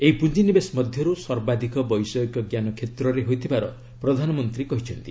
ଏହି ପୁଞ୍ଜିନିବେଶ ମଧ୍ୟରୁ ସର୍ବାଧିକ ବୈଷୟିକଜ୍ଞାନ କ୍ଷେତ୍ରରେ ହୋଇଥିବାର ପ୍ରଧାନମନ୍ତ୍ରୀ କହିଛନ୍ତି